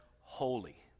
holy